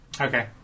Okay